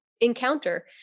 encounter